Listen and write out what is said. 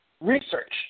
research